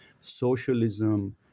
socialism